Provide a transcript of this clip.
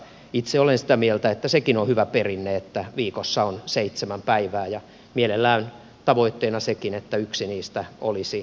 itse olen sitä mieltä että sekin on hyvä perinne että viikossa on seitsemän päivää ja mielellään tavoitteena sekin että yksi niistä olisi vapaapäivä